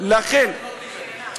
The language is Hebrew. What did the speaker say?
אני רוצה להרגיע אותך: היא לא תיכנס.